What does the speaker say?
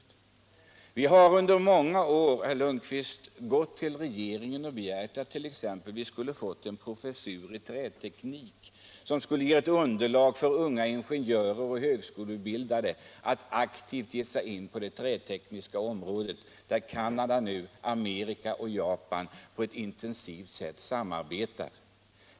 Näringen har under många år vänt sig till regeringen och begärt att få en professur i träteknik, så att vi hade fått underlag för att unga ingenjörer och högskoleutbildade aktivt skulle kunna söka sig till det trätekniska området.